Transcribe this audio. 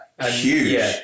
huge